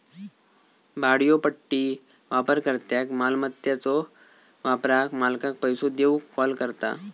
भाड्योपट्टी वापरकर्त्याक मालमत्याच्यो वापराक मालकाक पैसो देऊक कॉल करता